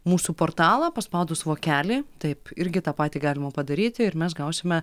mūsų portalą paspaudus vokelį taip irgi tą patį galima padaryti ir mes gausime